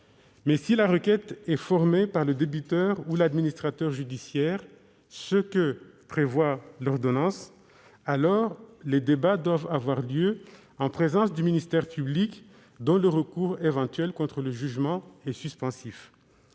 mais si la requête est formée par le débiteur ou l'administrateur judiciaire- ce que prévoit l'ordonnance -, alors les débats doivent avoir lieu en présence du ministère public, dont le recours éventuel contre le jugement est suspensif.